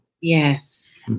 Yes